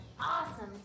awesome